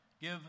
Give